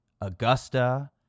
Augusta